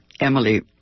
Emily